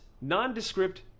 nondescript